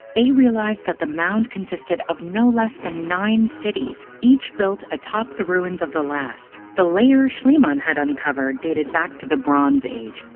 they realized that the mound consisted of no less than nine cities, each built atop the ruins of the last. the layer schliemann had uncovered dated back to the mycenaean age,